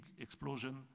explosion